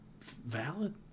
Valid